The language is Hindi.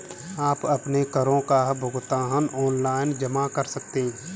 आप अपने करों का भुगतान ऑनलाइन जमा कर सकते हैं